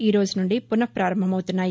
ఈ రోజు నుండి పున ప్రారంభమవుతున్నాయి